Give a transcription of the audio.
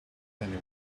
handy